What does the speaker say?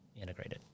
integrated